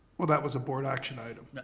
well that was a board action item.